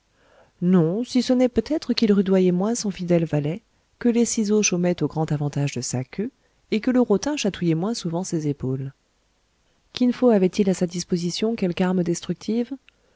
non si ce n'est peut-être qu'il rudoyait moins son fidèle valet que les ciseaux chômaient au grand avantage de sa queue et que le rotin chatouillait moins souvent ses épaules kin fo avait-il à sa disposition quelque arme destructive